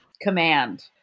command